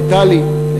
הייתה לי,